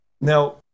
Now